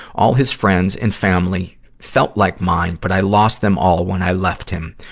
all his friends and family felt like mine, but i lost them all when i left him.